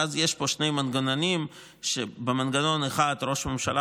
ואז יש פה שני מנגנונים שבאחד ראש הממשלה